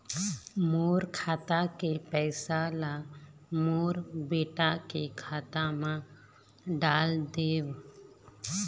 मोर खाता के पैसा ला मोर बेटा के खाता मा डाल देव?